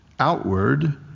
Outward